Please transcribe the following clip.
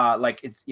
um like it's you